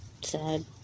sad